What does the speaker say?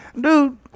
Dude